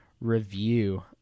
review